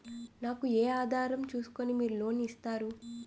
నాకు ఏ ఆధారం ను చూస్కుని మీరు లోన్ ఇస్తారు?